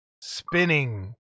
spinning